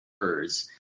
occurs